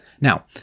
Now